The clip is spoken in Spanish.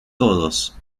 todos